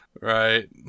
right